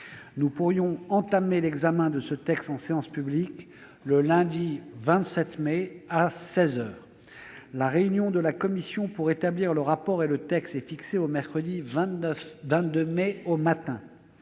Nous pourrions entamer l'examen de ce texte en séance publique le lundi 27 mai, à seize heures. La réunion de la commission pour établir le rapport et le texte est fixée au mercredi 22 mai, au matin.